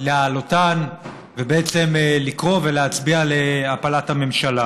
להעלותן ובעצם לקרוא ולהצביע להפלת הממשלה.